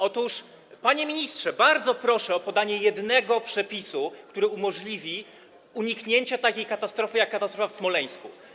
Otóż, panie ministrze, bardzo proszę o podanie jednego przepisu, który umożliwi uniknięcie takiej katastrofy jak katastrofa w Smoleńsku.